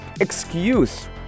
excuse